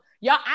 y'all